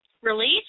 release